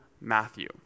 Matthew